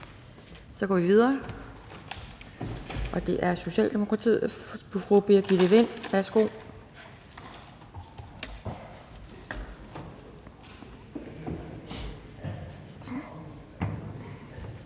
Vi går videre, og det er Socialdemokratiets fru Birgitte Vind. Værsgo.